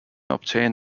obtain